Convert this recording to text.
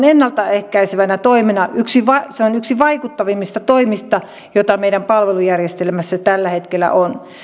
ennalta ehkäisevänä toimena on yksi vaikuttavimmista toimista joka meidän palvelujärjestelmässämme tällä hetkellä on